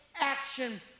action